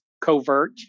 covert